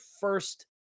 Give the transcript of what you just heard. first